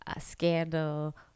Scandal